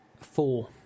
four